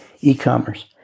e-commerce